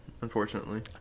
unfortunately